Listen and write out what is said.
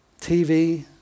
TV